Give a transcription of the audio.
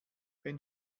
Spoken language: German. wenn